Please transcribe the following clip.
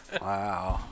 Wow